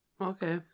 Okay